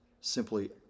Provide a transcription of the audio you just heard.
simply